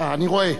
אני רואה.